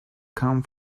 come